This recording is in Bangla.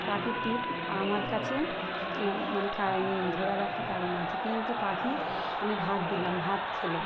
পাখিটি আমার কাছে মানে কা ই ধরার একটা কারণ আছে কিন্তু পাখি আমি ভাত দিলাম ভাত খেলো